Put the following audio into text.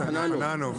יוחננוף.